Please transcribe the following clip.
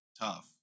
tough